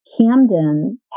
Camden